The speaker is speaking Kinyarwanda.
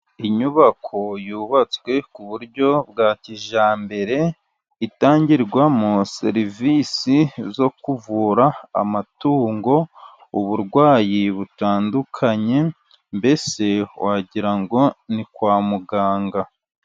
Inyubako yubatswe ku buryo bwa kijyambere, itangirwamo serivisi zo kuvura amatungo, uburwayi butandukanye, mbese wagira ngo ni kwa muganga.